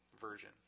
version